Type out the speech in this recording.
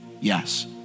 yes